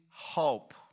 hope